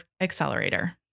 accelerator